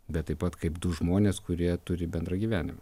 bet taip pat kaip du žmonės kurie turi bendrą gyvenimą